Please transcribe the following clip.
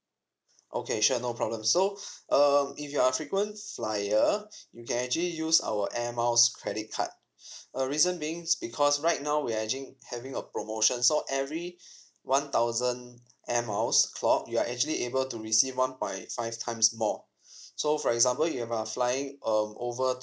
okay sure no problem so um if you are a frequent flyer you can actually use our air miles credit card uh reason being is because right now we are hagin~ having a promotion so every one thousand air miles clocked you are actually able to receive one point five times more so for example you have uh flying um over